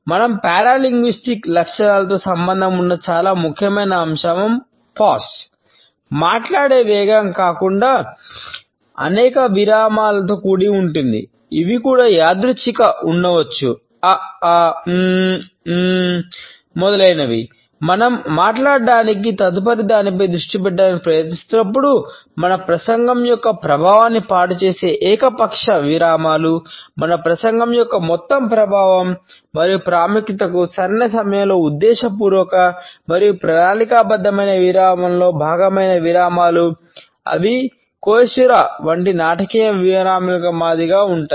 మన పారాలింగ్విస్టిక్ వంటి నాటకీయ విరామాల మాదిరిగా ఉంటాయి